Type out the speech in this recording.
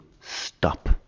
stop